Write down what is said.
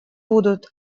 будут